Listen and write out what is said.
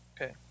Okay